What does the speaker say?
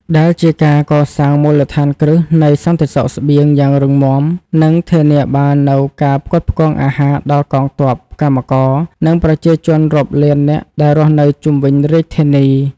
ដែលជាការកសាងមូលដ្ឋានគ្រឹះនៃសន្តិសុខស្បៀងយ៉ាងរឹងមាំ និងធានាបាននូវការផ្គត់ផ្គង់អាហារដល់កងទ័ព កម្មករ និងប្រជាជនរាប់លាននាក់ដែលរស់នៅជុំវិញរាជធានី។